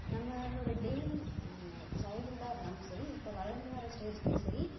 நம்மளோடய டெய்லி சைல்ட்வுட்டாக இருந்தாலும் சரி இப்போ வளர்ந்து வர ஸ்டேஜ்லியும் சரி